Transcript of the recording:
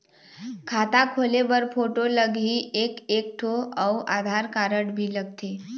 खाता खोले बर फोटो लगही एक एक ठो अउ आधार कारड भी लगथे?